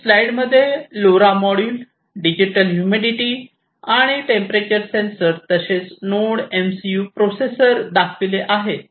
वर स्लाईड मध्ये LoRa module digital humidity आणि टेंपरेचर सेंसर तसेच नोड एमसीयू प्रोसेसर दाखविले आहेत